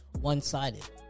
one-sided